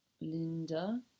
Linda